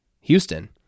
Houston